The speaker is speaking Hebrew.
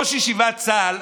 ראש ישיבת צה"ל,